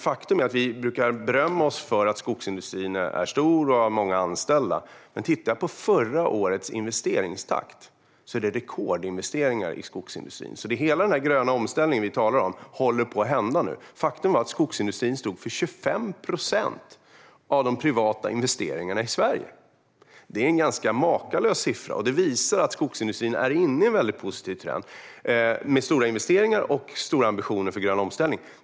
Faktum är att vi brukar berömma oss för att skogsindustrin är stor och har många anställda, men om vi tittar på förra årets investeringstakt ser vi att det gjordes rekordinvesteringar i skogsindustrin. Hela den gröna omställning som vi talar om håller på att hända nu. Faktum är att skogsindustrin stod för 25 procent av de privata investeringarna i Sverige. Det är en ganska makalös siffra, och det visar att skogsindustrin är inne i en väldigt positiv trend med stora investeringar och stora ambitioner för grön omställning.